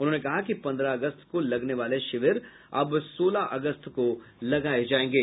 उन्होंने कहा कि पन्द्रह अगस्त को लगने वाले शिविर अब सोलह अगस्त को लगाये जायेंगे